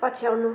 पछ्याउनु